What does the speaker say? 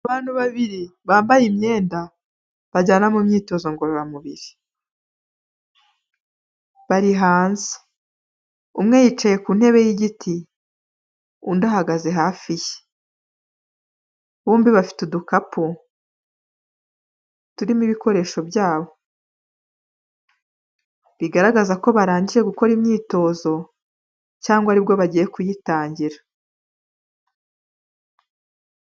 Abantu babiri bambaye imyenda bajyana mu myitozoramubiri. Bari hanze umwe yicaye ku ntebe y'igiti, undi ahagaze hafi ye. Bombi bafite udukapu turimo ibikoresho byabo. Bigaragazaa ko barangije gukora imyitozo cyangwa aribwo bagiye kuyitangira.